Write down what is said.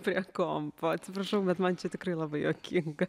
prie kompo atsiprašau bet man čia tikrai labai juokinga